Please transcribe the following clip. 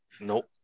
Nope